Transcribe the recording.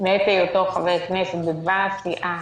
מעת היותו לחבר הכנסת, בדבר הסיעה